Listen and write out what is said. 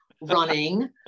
running